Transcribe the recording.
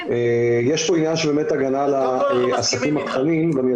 יש את הנושא של הגנה על העסקים הקטנים.